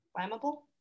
Flammable